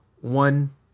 one